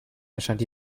erscheint